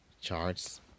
charts